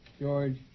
George